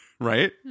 right